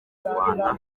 rwanda